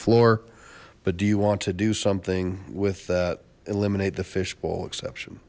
floor but do you want to do something with that eliminate the fishbowl exception